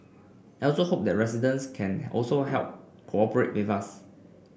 I also hope that residents can also help cooperate with us